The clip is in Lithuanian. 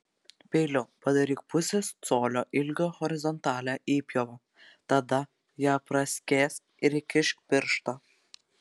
peiliu padaryk pusės colio ilgio horizontalią įpjovą tada ją praskėsk ir įkišk pirštą